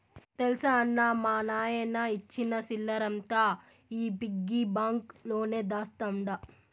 తెల్సా అన్నా, మా నాయన ఇచ్చిన సిల్లరంతా ఈ పిగ్గి బాంక్ లోనే దాస్తండ